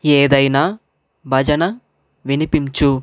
ఏదైనా భజన వినిపించు